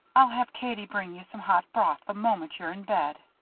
i'll have katie bring you some hot broth the moment you're in bed.